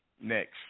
next